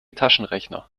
taschenrechner